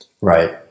Right